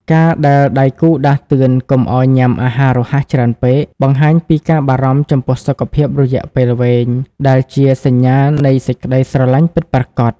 ការដែលដៃគូដាស់តឿនកុំឱ្យញ៉ាំអាហាររហ័សច្រើនពេក បង្ហាញពីការបារម្ភចំពោះសុខភាពរយៈពេលវែង ដែលជាសញ្ញានៃសេចក្ដីស្រឡាញ់ពិតប្រាកដ។